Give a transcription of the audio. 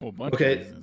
Okay